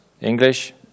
English